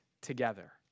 together